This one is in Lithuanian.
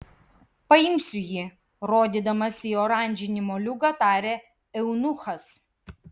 paimsiu jį rodydamas į oranžinį moliūgą tarė eunuchas